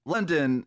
London